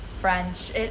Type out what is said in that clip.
French